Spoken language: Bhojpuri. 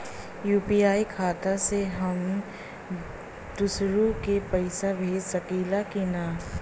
यू.पी.आई खाता से हम दुसरहु के पैसा भेज सकीला की ना?